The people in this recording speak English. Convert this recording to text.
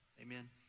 Amen